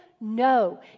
No